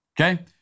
Okay